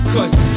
Cause